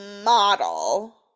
model